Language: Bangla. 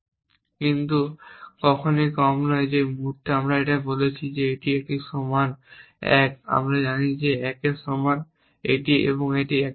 কিন্তু কখনই কম নয় যে মুহুর্তে আমরা এটি বলেছি একটি সমান 1 আমরা জানি যে এটি 1 এর সমান এবং এটি 1 এর সমান